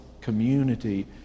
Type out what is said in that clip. community